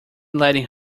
letting